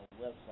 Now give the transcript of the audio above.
website